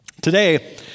Today